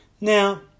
now